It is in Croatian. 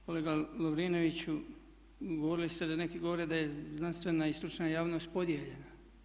Kolega Lovrinoviću govorili ste da neki govore da je znanstvena i stručna javnost podijeljena.